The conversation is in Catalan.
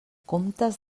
comptes